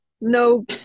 no